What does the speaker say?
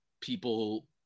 people